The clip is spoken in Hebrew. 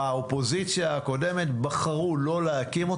באופוזיציה הקודמת בחרו לא להקים אותה.